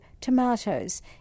tomatoes